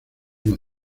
una